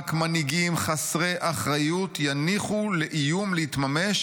רק מנהיגים חסרי אחריות יניחו לאיום להתממש